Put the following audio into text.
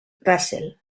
russell